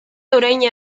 orain